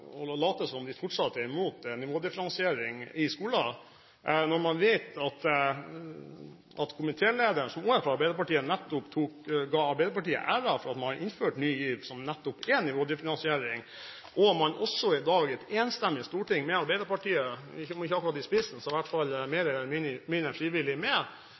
imot nivådifferensiering i skolen. Når man vet at komitélederen, som også er fra Arbeiderpartiet, nettopp ga Arbeiderpartiet æren for at man innførte Ny GIV, som nettopp er nivådifferensiering, og at man i dag i et enstemmig storting, med Arbeiderpartiet om ikke akkurat i spissen så i hvert fall mer eller mindre frivillig med,